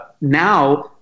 Now